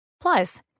Plus